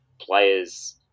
players